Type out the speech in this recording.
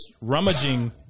rummaging